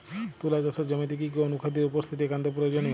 তুলা চাষের জমিতে কি কি অনুখাদ্যের উপস্থিতি একান্ত প্রয়োজনীয়?